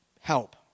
help